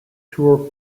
true